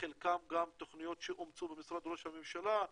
חלקן גם תוכניות שאומצו במשרד ראש הממשלה,